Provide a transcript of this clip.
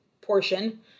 portion